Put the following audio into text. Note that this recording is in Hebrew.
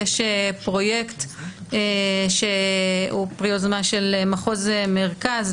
יש פרויקט שהוא פרי יוזמה של מחוז מרכז,